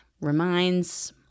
reminds